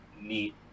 meet